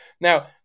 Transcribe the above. Now